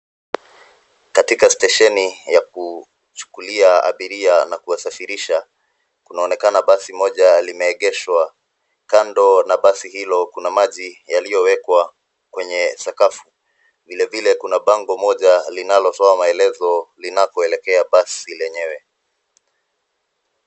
Katika stesheni ya kuchukulia abiria na kuwasafirisha, kunaonekana basi moja limeegeshwa. Kando na basi hilo kuna maji yaliyowekwa kwenye sakafu. Vile vile kuna bango moja linalotoa maelezo linakoelekea basi lenyewe.